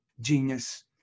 genius